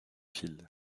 fil